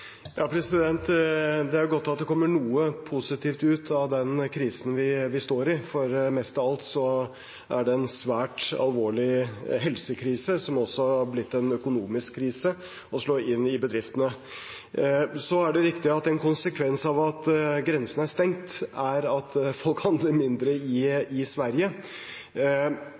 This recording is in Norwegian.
Det er godt at det kommer noe positivt ut av den krisen vi står i, for mest av alt er det en svært alvorlig helsekrise, som også har blitt en økonomisk krise og slår inn i bedriftene. Det erriktig at en konsekvens av at grensen er stengt, er at folk handler mindre i Sverige.